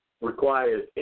requires